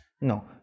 No